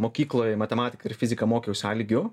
mokykloj matematiką ir fiziką mokiausi a lygiu